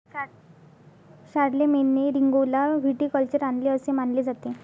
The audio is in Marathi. शारलेमेनने रिंगौला व्हिटिकल्चर आणले असे मानले जाते